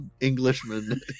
Englishman